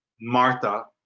Martha